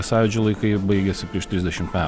sąjūdžio laikai baigėsi prieš trisdešimt me